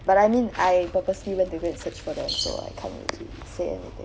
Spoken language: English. but I mean I purposely went to go and search for them also lah I can't really say anything